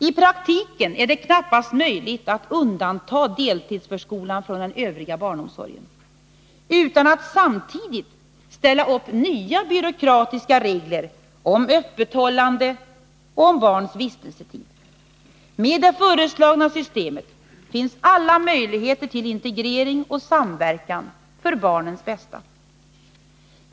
I praktiken är det knappast möjligt att undanta deltidsförskolan från den övriga barnomsorgen, utan att samtidigt ställa upp nya byråkratiska regler om öppethållande och barns vistelsetid. Med det föreslagna systemet finns alla möjligheter till integrering och samverkan för barnens bästa.